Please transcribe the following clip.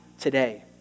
today